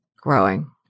growing